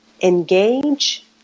engage